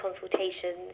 consultations